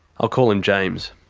i'll call him james.